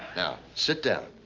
now sit down.